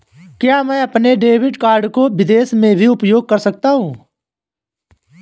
क्या मैं अपने डेबिट कार्ड को विदेश में भी उपयोग कर सकता हूं?